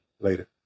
Later